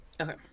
Okay